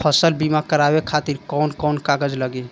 फसल बीमा करावे खातिर कवन कवन कागज लगी?